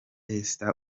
esther